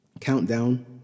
Countdown